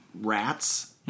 rats